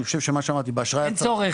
אין צורך.